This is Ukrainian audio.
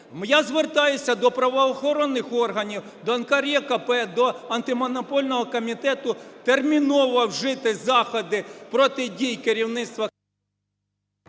Я звертаюся до правоохоронних органів, до НКРЕКП, до Антимонопольного комітету терміново вжити заходи проти дій керівництва…